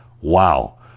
Wow